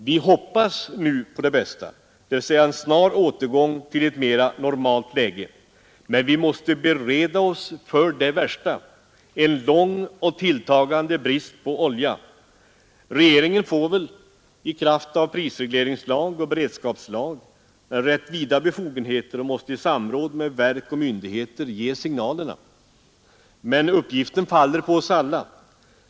Vi hoppas nu på det bästa, dvs. en snar återgång till ett mera normalt läge. Men vi måste bereda oss för det värsta, en lång och tilltagande brist på olja. Regeringen får väl i kraft av prisregleringslag och beredskapslag rätt vida befogenheter och måste i samråd med verk och myndigheter ge signalerna. Uppgiften faller emellertid på oss alla.